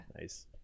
nice